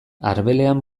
arbelean